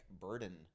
burden